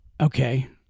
Okay